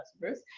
customers